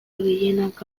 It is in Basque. gehienak